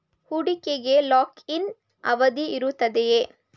ಹೂಡಿಕೆಗೆ lock in ಅವಧಿ ಇರುತ್ತದೆಯೇ?